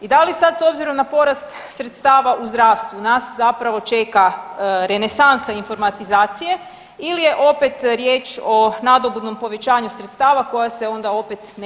I da li sada s obzirom na porast sredstava u zdravstvu nas zapravo čeka renesansa informatizacije ili je opet riječ o nadobudnom povećanju sredstava koja se onda opet neće … [[ne razumije se]] Hvala.